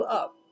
up